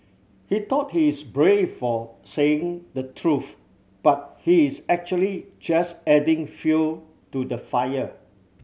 he thought he's brave for saying the truth but he is actually just adding fuel to the fire